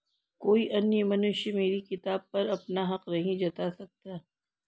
कोई अन्य मनुष्य मेरी किताब पर अपना हक नहीं जता सकता